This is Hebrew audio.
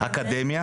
ספורטאים.